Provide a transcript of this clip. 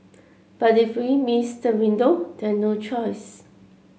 but if we miss the window then no choice